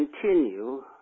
continue